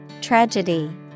Tragedy